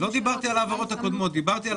לא דיברתי על העברות הקודמות אלא על